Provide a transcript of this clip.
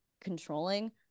controlling